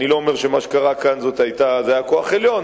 אני לא אומר שמה שהיה כאן היה כוח עליון,